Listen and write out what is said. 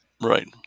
Right